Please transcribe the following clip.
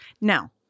Now-